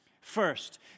First